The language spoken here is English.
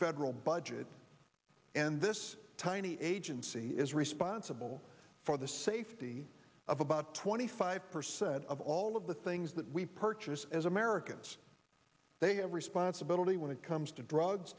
federal budget and this tiny agency is responsible for the safety of about twenty five percent of all of the things that we purchase as americans they have responsibility when it comes to drugs